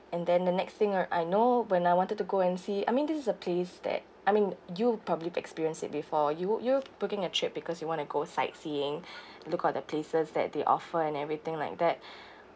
and then the next thing I~ I know when I wanted to go and see I mean this is a place that I mean you probably experienced it before you you booking a trip because you want to go sightseeing look all the places that they offer and everything like that